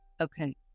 Okay